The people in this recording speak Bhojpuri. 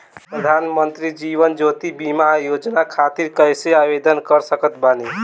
प्रधानमंत्री जीवन ज्योति बीमा योजना खातिर कैसे आवेदन कर सकत बानी?